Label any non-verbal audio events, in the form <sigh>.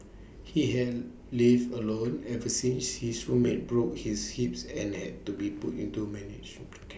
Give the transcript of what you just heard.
he has lived alone ever since his roommate broke his hip and had to be put into managed <unintelligible>